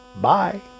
Bye